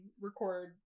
record